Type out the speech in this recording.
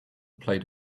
plate